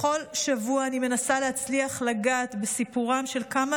בכל שבוע אני מנסה להצליח לגעת בסיפורם של כמה